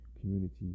community